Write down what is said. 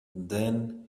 then